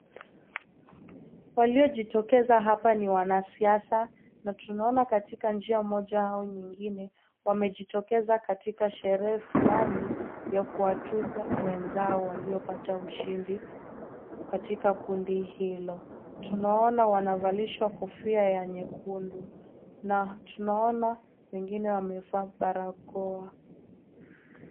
Waliojitokeza hapa ni wana siasa na tunaona katika njia moja au nyingine wamejitokeza katika sherehe fulani ya kuwatuza wenzaio waliopata ushindi katika kundi hilo, tunaona wanavalishwa kofia ya nyekundu na tunaona wengine wamevaa barakoa.